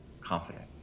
confident